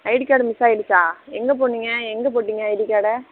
ID card miss ஆகிடுச்சா எங்கே போனீங்க எங்கே போட்டீங்க ஐடி கார்டை